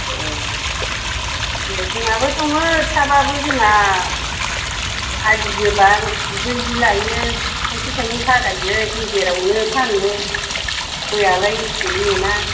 एह ए जोंनाबो दङ थाबाबो जोंना आदि गोबां बिबो बियो लायो थायसे थायनै फाखायो गेजेरावनो फानो गयालाय इसि मोना